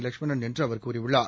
லட்சுமணன் என்று அவர் கூறியுள்ளார்